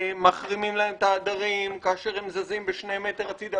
מחרימים להם את העדרים כאשר הם זזים בשני מטר הצידה.